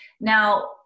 Now